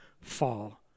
fall